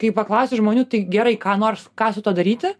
kai paklausi žmonių tai gerai ką nors ką su tuo daryti